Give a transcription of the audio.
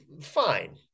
fine